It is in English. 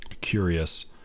curious